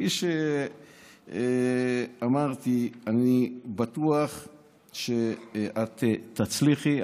כפי שאמרתי, אני בטוח שאת תצליחי.